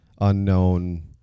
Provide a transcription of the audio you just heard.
unknown